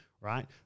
right